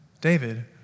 David